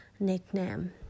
Nickname